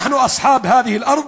אנו בעלי המקום.